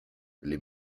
les